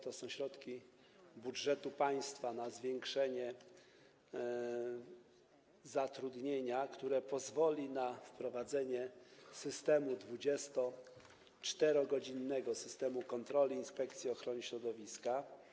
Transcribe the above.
To są środki budżetu państwa na zwiększenie zatrudnienia, które pozwoli na wprowadzenie systemu, 24-godzinnego systemu kontroli Inspekcji Ochrony Środowiska.